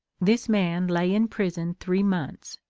this man lay in prison three months,